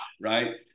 right